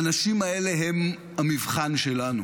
האנשים האלה הם המבחן שלנו.